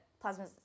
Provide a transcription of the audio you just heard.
plasma